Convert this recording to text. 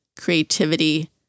creativity